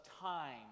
time